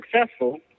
successful